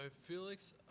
Felix